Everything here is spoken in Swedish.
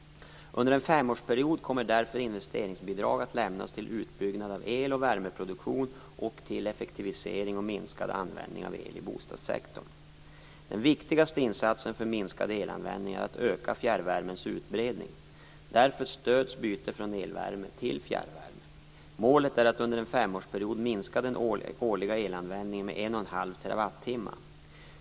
Under en femårsperiod kommer därför investeringsbidrag att lämnas till utbyggnad av el och värmeproduktion och till effektivisering och minskad användning av el i bostadssektorn. Den viktigaste insatsen för minskad elanvändning är att öka fjärrvärmens utbredning. Därför stöds byte från elvärme till fjärrvärme. Målet är att under en femårsperiod minska den årliga elanvändningen med 1,5 TWh.